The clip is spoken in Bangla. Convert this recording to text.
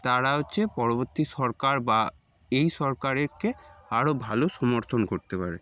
তারা হচ্ছে পরবর্তী সরকার বা এই সরকারকে আরও ভালো সমর্থন করতে পারে